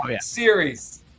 Series